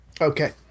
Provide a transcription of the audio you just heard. Okay